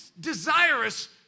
desirous